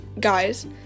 guys